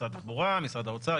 משרד התחבורה, משרד האוצר.